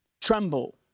Tremble